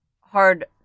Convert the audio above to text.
hard